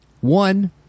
One